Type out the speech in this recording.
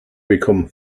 become